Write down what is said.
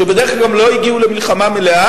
שבדרך כלל גם לא הגיעו למלחמה מלאה,